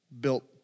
built